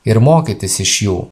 ir mokytis iš jų